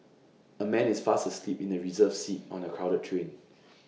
A man is fast asleep in A reserved seat on A crowded train